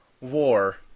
war